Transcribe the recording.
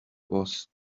was